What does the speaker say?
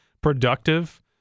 productive